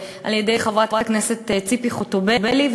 על-ידי חברת הכנסת ציפי חוטובלי,